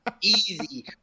easy